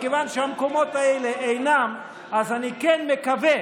מכיוון שהמקומות האלה אינם, אני כן מקווה